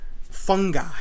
fungi